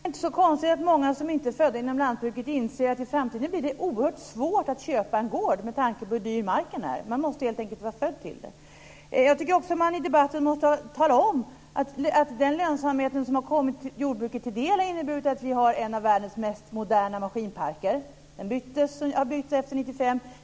Fru talman! Det kanske inte är så konstigt att många som inte är födda inom lantbruket inser att i framtiden blir det oerhört svårt att köpa en gård med tanke på hur dyr marken är. Man måste helt enkelt vara född till det. Jag tycker också att man i debatten måste tala om att den lönsamhet som har kommit jordbruket till del har inneburit att vi har en av världens mest moderna maskinparker. Den har bytts efter 1995.